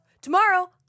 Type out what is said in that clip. Tomorrow